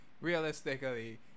realistically